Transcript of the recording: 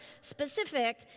specific